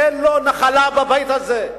אין לו נחלה בבית הזה,